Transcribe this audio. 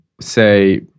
say